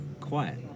quiet